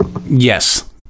Yes